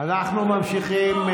אנחנו ממשיכים,